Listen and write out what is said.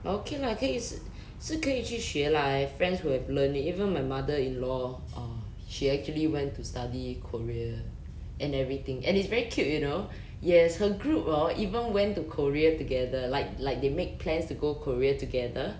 but okay lah 可以是可以去学 lah I have friends who have learned it even my mother-in-law hor she actually went to study korean and everything and it's very cute you know yes her group hor even went to korea together like like they make plans to go korea together